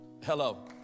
Hello